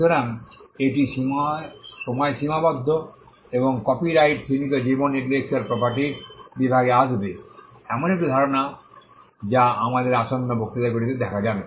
সুতরাং এটি সময়সীমাবদ্ধ এবং কপিরাইটটি সীমিত জীবন ইন্টেলেকচ্যুয়াল প্রপার্টির বিভাগে আসবে এমন একটি ধারণা যা আমাদের আসন্ন বক্তৃতাগুলিতে দেখা যাবে